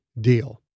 deal